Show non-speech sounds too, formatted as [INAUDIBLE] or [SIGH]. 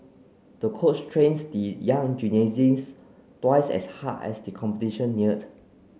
the coach trains the young [UNINTELLIGIBLE] twice as hard as the competition neared